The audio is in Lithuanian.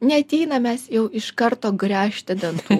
neateina mes jau iš karto gręžti dantų